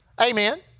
amen